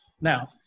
Now